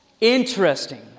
Interesting